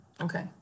Okay